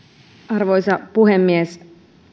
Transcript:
arvoisa puhemies